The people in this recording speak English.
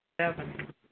Seven